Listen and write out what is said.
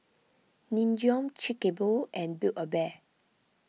Nin Jiom Chic A Boo and Build A Bear